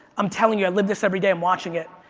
i'm telling you, i live this everyday, i'm watching it.